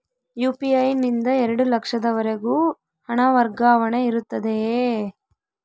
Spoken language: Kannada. ಯು.ಪಿ.ಐ ನಿಂದ ಎರಡು ಲಕ್ಷದವರೆಗೂ ಹಣ ವರ್ಗಾವಣೆ ಇರುತ್ತದೆಯೇ?